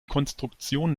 konstruktion